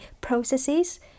processes